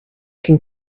can